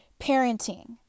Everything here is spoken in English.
Parenting